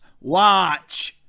Watch